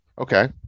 Okay